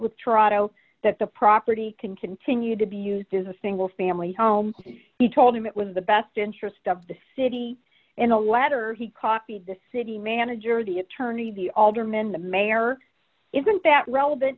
with toronto that the property can continue to be used as a single family home he told him it was the best interest of the city in a letter he copied the city manager the attorney the aldermen the mayor isn't that relevant